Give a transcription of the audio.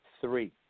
three